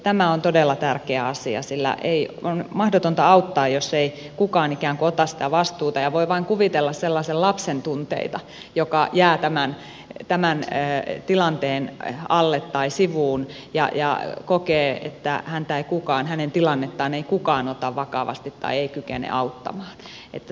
tämä on todella tärkeä asia sillä on mahdotonta auttaa jos ei kukaan ikään kuin ota sitä vastuuta ja voi vain kuvitella sellaisen lapsen tunteita joka jää tämän tilanteen alle tai sivuun ja kokee että häntä ja hänen tilannettaan ei kukaan ota vakavasti tai ei kykene auttamaan